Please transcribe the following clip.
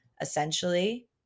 essentially